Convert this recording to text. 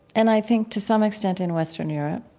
and i think, to some extent in western europe,